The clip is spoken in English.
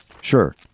Sure